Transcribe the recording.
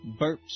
burps